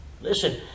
Listen